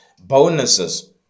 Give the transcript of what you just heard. bonuses